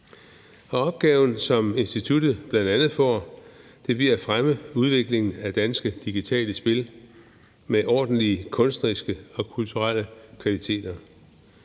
Opgaven, som instituttet bl.a. får, bliver at fremme udviklingen af danske digitale spil med ordentlige kunstneriske og kulturelle kvaliteter.